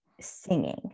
singing